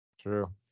true